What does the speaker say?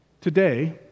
Today